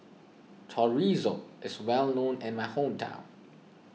Chorizo is well known in my hometown